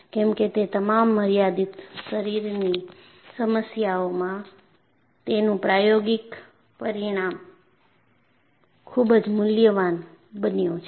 કેમકે તે તમામ મર્યાદિત શરીરની સમસ્યામાં તેનું પ્રાયોગિક પરિણામ ખૂબ જ મૂલ્યવાન બન્યું છે